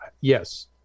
yes